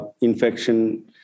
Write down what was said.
infection